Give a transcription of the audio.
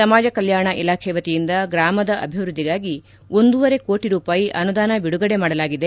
ಸಮಾಜಕಲ್ಕಾಣ ಇಲಾಖೆಯ ವತಿಯಿಂದ ಗ್ರಾಮದ ಅಭಿವೃದ್ದಿಗಾಗಿ ಒಂದೂವರೆ ಕೋಟ ರೂಪಾಯಿ ಅನುದಾನ ಬಿಡುಗಡೆ ಮಾಡಲಾಗಿದೆ